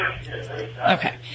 Okay